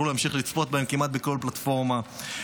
יוכלו להמשיך לצפות בהם בכל פלטפורמה כמעט,